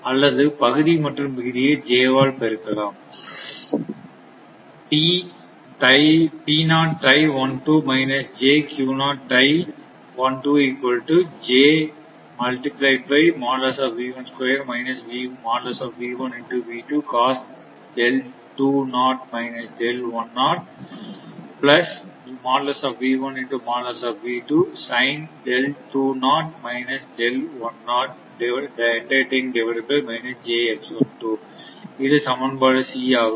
அல்லது பகுதி மற்றும் விகுதியை j ஆல் பெருக்கலாம் இது சமன்பாடு C ஆகும்